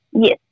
Yes